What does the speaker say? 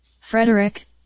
Frederick